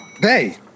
Hey